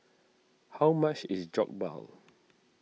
how much is Jokbal